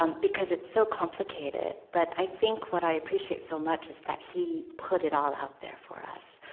um because it's so complicated, but i think what i appreciate so much is that he put it all out there for us